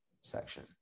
section